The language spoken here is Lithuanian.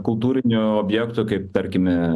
kultūrinių objektų kaip tarkime